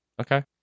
Okay